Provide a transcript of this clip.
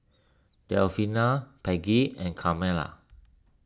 Delfina Peggie and Carmela